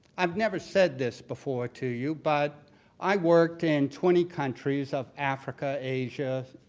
i've never said this before to you, but i worked in twenty countries of africa, asia,